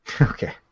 Okay